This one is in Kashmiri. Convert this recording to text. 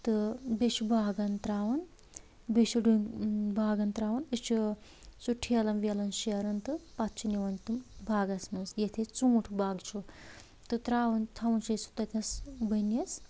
تہٕ بیٚیہِ چھِ باغن تراوَان بیٚیہِ چھِ ڈوٗنۍ باغن تراوَان أسۍ چھِ سُہ ٹھیلَن ویلَن شیٚہرن تہٕ پتہٕ چھِ نِوَان تم باغس منٛز ییٚتہِ اسہِ ژوٗنٹھۍ باغ چھُ تہٕ تراوَان تھاوَان چھِ أسۍ سُہ تتیس ؤنِیس